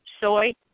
soy